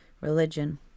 religion